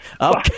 okay